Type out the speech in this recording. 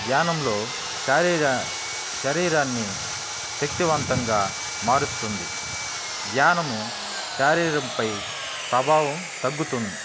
ధ్యానంలో శరీరాన్ని శక్తివంతంగా మారుస్తుంది ధ్యానము శరీరంపై ప్రభావం తగ్గుతుంది